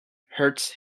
hurts